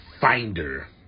finder